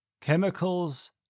Chemicals